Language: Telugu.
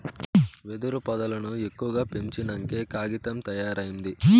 వెదురు పొదల్లను ఎక్కువగా పెంచినంకే కాగితం తయారైంది